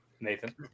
Nathan